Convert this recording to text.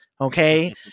Okay